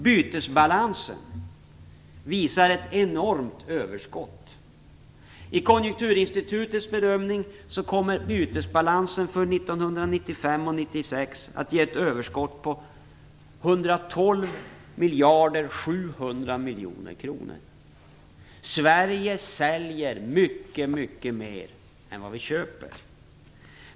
Bytesbalansen visar ett enormt överskott. Enligt Konjunkturinstitutets bedömning kommer bytesbalansen för 1995 och 1996 att ge ett överskott om 112 700 miljoner kronor. Sverige säljer för mycket mer än vi vad vi köper för.